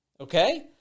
okay